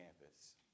campus